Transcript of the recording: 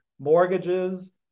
Mortgages